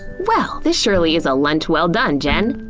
well, this surely is a lunch well done, jen.